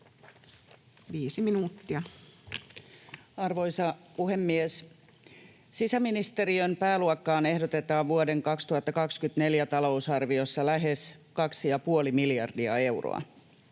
viisi minuuttia. Arvoisa puhemies! Sisäministeriön pääluokkaan ehdotetaan vuoden 2024 talousarviossa lähes 2,5 miljardia euroa.